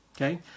okay